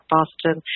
Boston